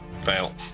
fail